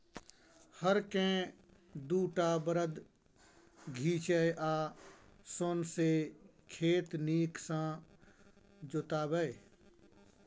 हर केँ दु टा बरद घीचय आ सौंसे खेत नीक सँ जोताबै